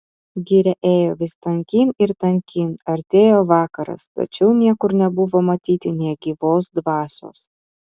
giria ėjo vis tankyn ir tankyn artėjo vakaras tačiau niekur nebuvo matyti nė gyvos dvasios